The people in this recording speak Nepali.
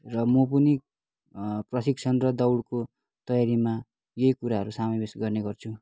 र म पनि प्रशिक्षण र दौडको तायारीमा यही कुराहरू समावेश गर्ने गर्छु